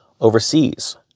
overseas